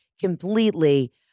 completely